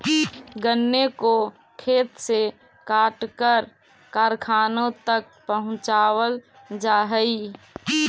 गन्ने को खेत से काटकर कारखानों तक पहुंचावल जा हई